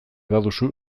baduzu